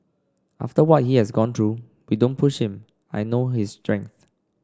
after what he has gone through we don't push him I know his strength